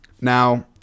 now